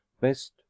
best